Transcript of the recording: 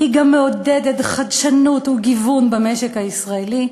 היא גם מעודדת חדשנות וגיוון במשק הישראלי,